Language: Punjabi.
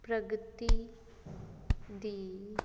ਪ੍ਰਗਤੀ ਦੀ